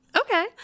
Okay